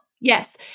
yes